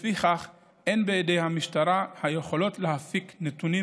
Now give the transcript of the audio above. לפיכך, אין בידי המשטרה היכולות להפיק נתונים